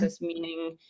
meaning